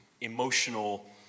emotional